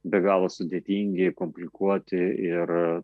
be galo sudėtingi komplikuoti ir